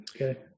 Okay